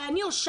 הרי אני הושבתי